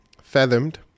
fathomed